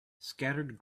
scattered